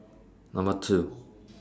Number two